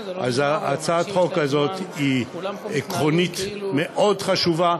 אז הצעת החוק הזאת היא עקרונית ומאוד חשובה.